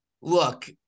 look